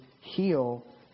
heal